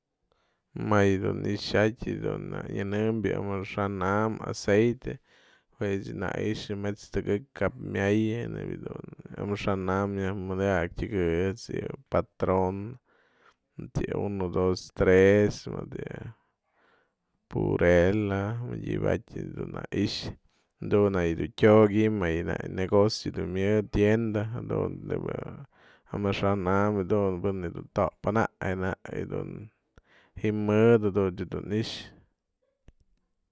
Më yë dun i'ixatë dun na'a nyanëbë amaxa'an aceite jue nä i'ixä me'ets tëkëkyë cap myayë nebya dun amaxa'an nyaj madiaktëkëy ejt's yë patrona, uno dos tes, mëdë yë purela mëdyëbë jatyë du ja'a i'ixë, jadun nak yë tyok ji'im më yë negocio du myëdë tienda jadun nebya amaxa'an dun pën dun topënak je'e nak dun ji'im mëdë, jadun ech dun i'ixä.